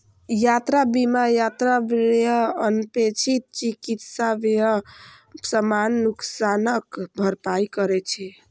यात्रा बीमा यात्रा व्यय, अनपेक्षित चिकित्सा व्यय, सामान नुकसानक भरपाई करै छै